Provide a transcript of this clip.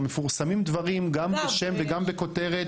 גם מפורסמים דברים גם בשם וגם בכותרת